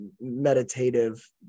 meditative